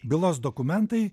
bylos dokumentai